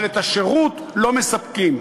אבל את השירות לא מספקים.